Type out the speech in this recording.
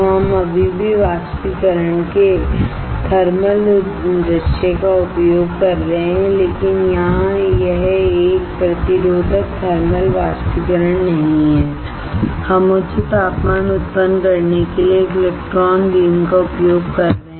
हम अभी भी वाष्पीकरण के थर्मल दृश्य का उपयोग कर रहे हैं लेकिन यहां यह एक प्रतिरोधक थर्मल वाष्पीकरण नहीं है हम उच्च तापमान उत्पन्न करने के लिए एक इलेक्ट्रॉन बीम का उपयोग कर रहे हैं